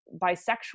bisexual